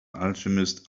alchemist